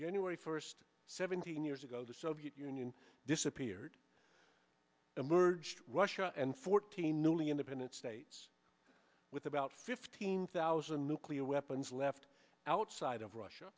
january first seventeen years ago the soviet union disappeared emerged russia and fourteen newly independent states with about fifteen thousand nuclear weapons left outside of russia